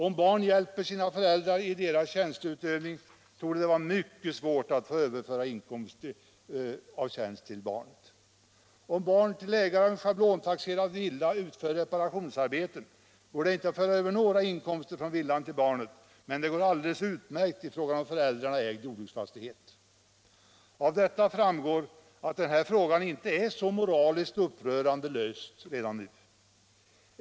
Om barn hjälper sina föräldrar i deras tjänsteutövning torde det vara mycket svårt blontaxerad villa utför reparationsarbeten, går det inte att föra över inkomster från villan till barnet, medan det går alldeles utmärkt i fråga om en av föräldrarna ägd jordbruksfastighet. Av detta framgår att den här frågan redan nu är löst på ett sätt som inte är så moraliskt upprörande.